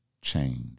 change